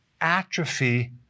atrophy